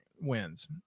wins